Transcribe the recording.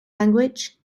language